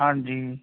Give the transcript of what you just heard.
ਹਾਂਜੀ